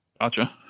Gotcha